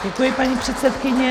Děkuji, paní předsedkyně.